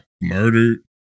murdered